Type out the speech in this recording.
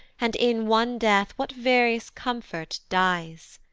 and in one death what various comfort dies!